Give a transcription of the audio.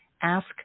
ask